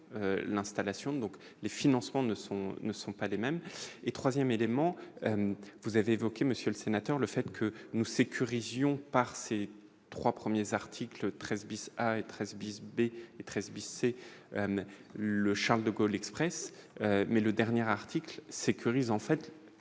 l'installation donc les financements ne sont ne sont pas les mêmes et 3ème élément, vous avez évoqué, monsieur le sénateur, le fait que nous sécurisation par ses 3 premiers articles 13 bis à 13 bis B et 13 blessés le Charles-de-Gaulle Express mais le dernier article sécurisant fait